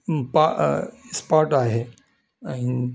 पा स्पॉट आहे ऐं